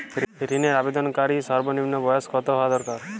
ঋণের আবেদনকারী সর্বনিন্ম বয়স কতো হওয়া দরকার?